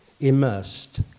immersed